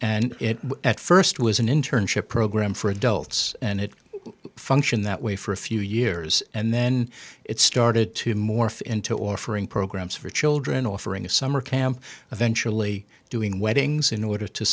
and it at st was an internship program for adults and it functioned that way for a few years and then it started to morph into offering programs for children offering a summer camp eventually doing weddings in order to